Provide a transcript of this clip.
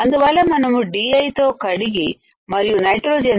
అందువల్ల మనము DI తో కడిగి మరియు నైట్రోజన్